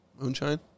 Moonshine